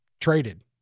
traded